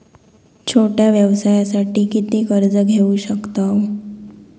छोट्या व्यवसायासाठी किती कर्ज घेऊ शकतव?